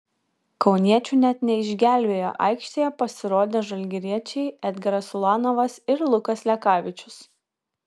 kauniečių net neišgelbėjo aikštėje pasirodę žalgiriečiai edgaras ulanovas ir lukas lekavičius